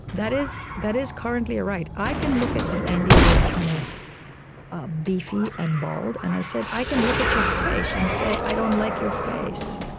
that is that is currently a right. i can look at, and andy was kind of ah beefy and bald. and i said, i can look at your face and say, i don't like your face.